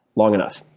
long enough.